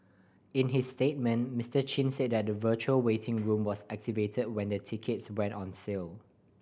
in his statement Mister Chin said that the virtual waiting room was activate when the tickets went on sale